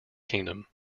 kingdom